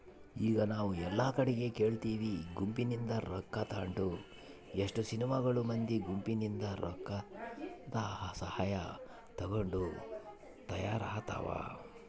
ಈಗ ನಾವು ಎಲ್ಲಾ ಕಡಿಗೆ ಕೇಳ್ತಿವಿ ಗುಂಪಿನಿಂದ ರೊಕ್ಕ ತಾಂಡು ಎಷ್ಟೊ ಸಿನಿಮಾಗಳು ಮಂದಿ ಗುಂಪಿನಿಂದ ರೊಕ್ಕದಸಹಾಯ ತಗೊಂಡು ತಯಾರಾತವ